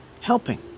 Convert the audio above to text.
helping